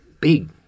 big